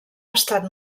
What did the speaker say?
estat